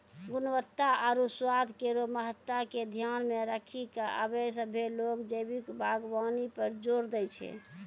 गुणवत्ता आरु स्वाद केरो महत्ता के ध्यान मे रखी क आबे सभ्भे लोग जैविक बागबानी पर जोर दै छै